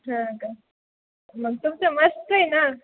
हां का मग तुमचं मस्त आहे ना